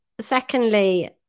Secondly